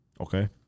Okay